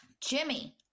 Jimmy